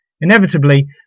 inevitably